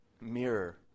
Mirror